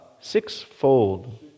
Sixfold